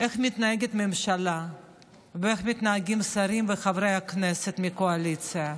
איך מתנהגת ממשלה ואיך מתנהגים שרים וחברי הכנסת מהקואליציה.